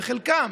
בחלקן.